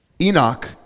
Enoch